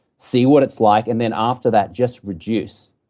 see what it's like, and then after that just reduce.